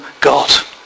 God